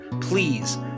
Please